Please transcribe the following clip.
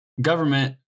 Government